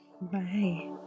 Bye